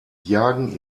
jagen